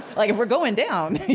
like if we're going down.